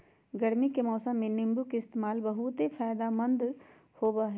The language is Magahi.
गर्मी के मौसम में नीम्बू के इस्तेमाल बहुत फायदेमंद होबा हई